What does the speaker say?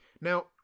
Now